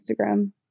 Instagram